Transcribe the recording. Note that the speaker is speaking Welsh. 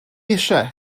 eisiau